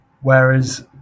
Whereas